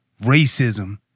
racism